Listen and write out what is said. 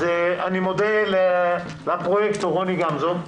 אני מודה לפרויקטור רוני גמזו,